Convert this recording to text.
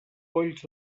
polls